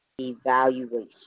evaluation